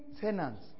tenants